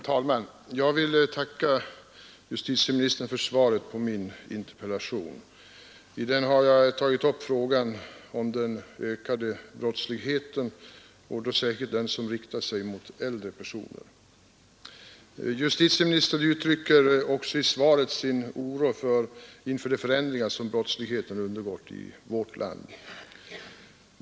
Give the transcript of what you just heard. Herr talman! Jag vill tacka justitieministern för svaret på min interpellation, där jag tagit upp frågan om den ökade brottsligheten särskilt den som riktar sig mot äldre personer. Justitieministern uttrycker också i svaret sin oro inför de förändringar som brottsligheten undergått i vårt land.